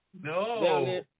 No